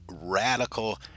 radical